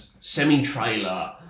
semi-trailer